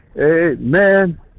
Amen